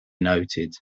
noted